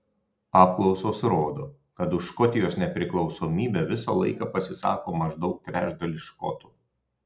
apklausos rodo kad už škotijos nepriklausomybę visą laiką pasisako maždaug trečdalis škotų